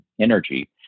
energy